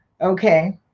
Okay